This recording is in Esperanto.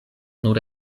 nur